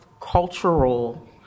cultural